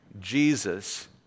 Jesus